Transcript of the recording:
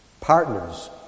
Partners